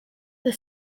the